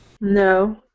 No